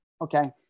Okay